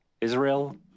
israel